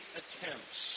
attempts